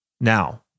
Now